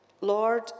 Lord